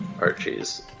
Archie's